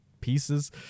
pieces